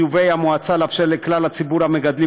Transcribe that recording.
חיוב המועצה לאפשר לכלל ציבור המגדלים